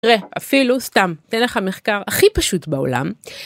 תראה, אפילו סתם, אתן לך מחקר הכי פשוט בעולם